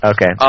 Okay